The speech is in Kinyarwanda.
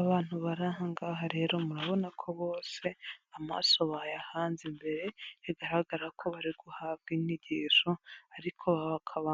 Abantu bari ahangaha rero murabona ko bose amaso bayahanze mbere bigaragara ko bari guhabwa inyigisho, ariko bakaba